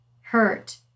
hurt